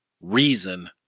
reason